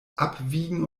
abwiegen